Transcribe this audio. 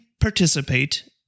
participate